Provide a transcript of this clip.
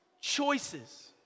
Choices